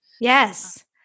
Yes